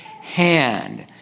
hand